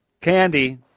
candy